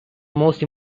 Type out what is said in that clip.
most